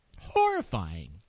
horrifying